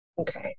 Okay